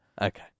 Okay